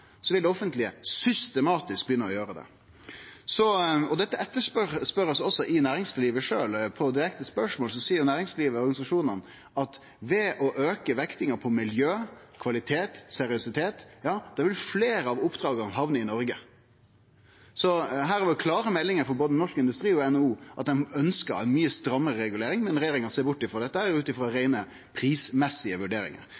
vil det offentlege systematisk begynne å gjere det. Og dette etterspør også næringslivet sjølv. På direkte spørsmål seier næringslivet og organisasjonane at ved å auke vektinga på miljø, kvalitet og seriøsitet vil fleire av oppdraga hamne i Noreg. Så her har det vore klare meldingar frå både Norsk Industri og NHO om at dei ønskjer ei mykje strammare regulering. Men regjeringa ser bort frå dette